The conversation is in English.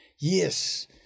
Yes